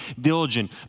diligent